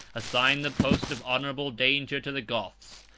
assigned the post of honorable danger to the goths,